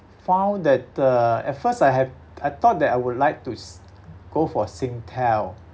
found that ah at first I have I thought that I would like to s~ go for Singtel